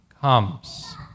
comes